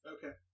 Okay